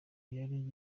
yari